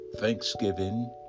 thanksgiving